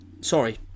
sorry